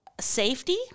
safety